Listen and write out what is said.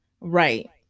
right